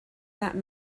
that